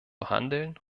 handeln